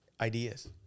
ideas